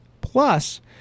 plus